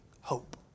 hope